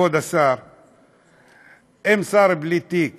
כבוד השר, אם כשר בלי תיק